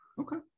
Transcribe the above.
okay